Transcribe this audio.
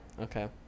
Okay